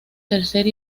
tercer